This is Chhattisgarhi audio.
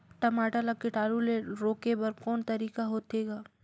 टमाटर ला कीटाणु ले रोके बर को तरीका होथे ग?